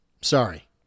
sorry